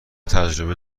تجربه